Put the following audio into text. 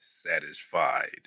satisfied